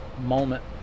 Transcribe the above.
moment